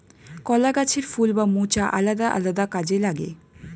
কলা গাছের ফুল বা মোচা আলাদা আলাদা কাজে লাগে